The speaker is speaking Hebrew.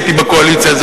הייתי בקואליציה,